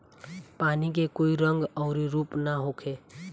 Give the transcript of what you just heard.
पानी के कोई रंग अउर रूप ना होखें